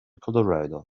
colorado